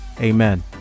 Amen